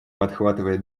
подхватывая